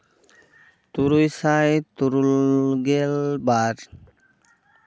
ᱛᱩᱨᱩᱭ ᱥᱟᱭ ᱛᱩᱨᱩᱭ ᱜᱮᱞ ᱵᱟᱨ